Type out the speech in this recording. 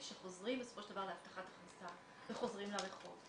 שחוזרים בסופו של דבר להבטחת הכנסה וחוזרים לרחוב.